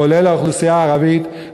כולל האוכלוסייה הערבית,